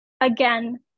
again